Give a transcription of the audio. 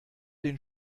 den